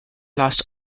lost